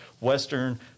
Western